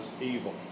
evil